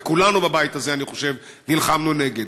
וכולנו בבית הזה, אני חושב, נלחמנו נגד.